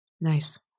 Nice